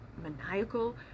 maniacal